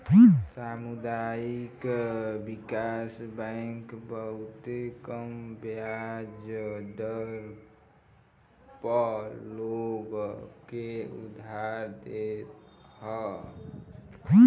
सामुदायिक विकास बैंक बहुते कम बियाज दर पअ लोग के उधार देत हअ